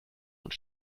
und